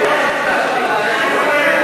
לשבוע הבא.